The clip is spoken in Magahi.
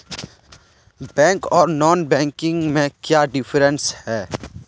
बैंक आर नॉन बैंकिंग में क्याँ डिफरेंस है?